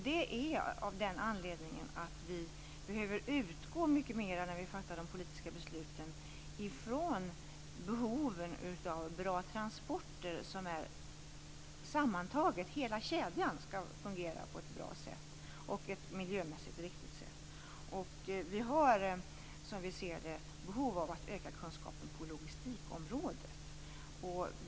Det gör vi av den anledningen att vi, när vi fattar de politiska besluten, mycket mer behöver utgå ifrån behoven av bra transporter där hela kedjan fungerar på ett bra och miljömässigt riktigt sätt. Vi har behov av att öka kunskapen på logistikområdet.